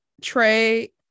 Trey